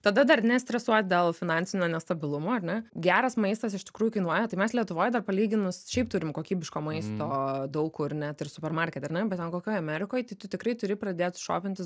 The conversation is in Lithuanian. tada dar nestresuot dėl finansinio nestabilumo ar ne geras maistas iš tikrųjų kainuoja tai mes lietuvoj dar palyginus šiaip turim kokybiško maisto daug kur net ir supermarkete ar ne bet ten kokioj amerikoj tai tu tikrai turi pradėt šopintis